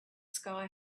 sky